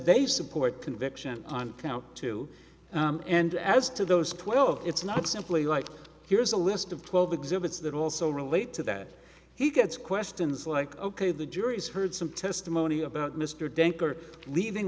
they support conviction on count two and as to those twelve it's not simply like here's a list of twelve exhibits that also relate to that he gets questions like ok the jury has heard some testimony about mr dacre leaving